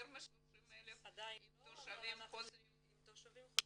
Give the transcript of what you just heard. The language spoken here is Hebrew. יותר מ-30,000 עם תושבים חוזרים --- עם תושבים חוזרים